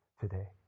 today